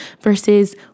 versus